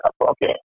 okay